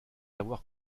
avoir